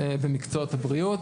במקצועות הבריאות,